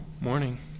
Morning